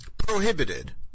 prohibited